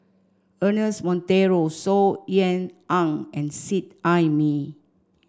Ernest Monteiro Saw Ean Ang and Seet Ai Mee